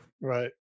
Right